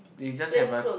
they just haven't